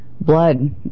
Blood